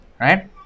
Right